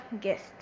guest